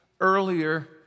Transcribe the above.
earlier